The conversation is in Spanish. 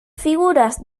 figuras